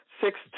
six